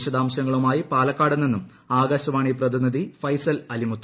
വിശദാംശങ്ങളുമായി പാലക്കാടു നിന്നും ആകാശവാണി പ്രതിനിധി ഫെയ്സൽ അലിമുത്ത്